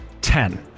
ten